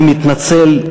אני מתנצל.